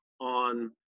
on